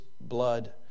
blood